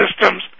systems